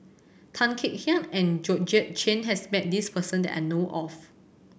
Tan Kek Hiang and Georgette Chen has met this person that I know of